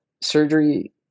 surgery